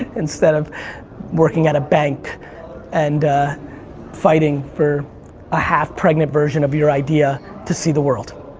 instead of working at a bank and fighting for a half pregnant version of your idea to see the world.